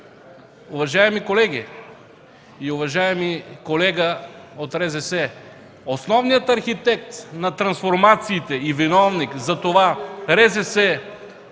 Уважаеми колеги и уважаеми колега от РЗС! Основният архитект на трансформациите и виновник за това в